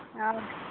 ᱦᱳᱭ